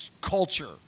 culture